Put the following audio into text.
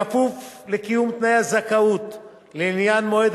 כפוף לקיום תנאי הזכאות לעניין מועד